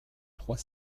trois